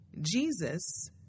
Jesus